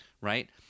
Right